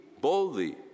boldly